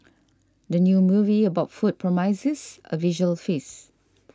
the new movie about food promises a visual feast